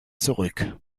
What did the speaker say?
zurück